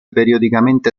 periodicamente